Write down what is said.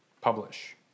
publish